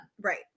right